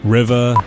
River